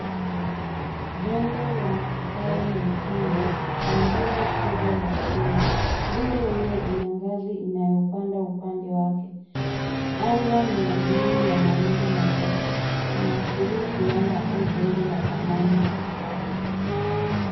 Jengo la matofali mekundu na nguzo kubwa ya chuma. Nguzo hiyo ina ngazi inayopanda upande wake. Anga ni ya bluu na mawingu machache. Inaashiria kiwanda au jengo la zamani la viwanda.